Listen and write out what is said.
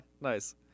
Nice